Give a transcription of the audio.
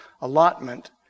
allotment